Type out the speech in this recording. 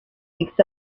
seeks